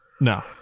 no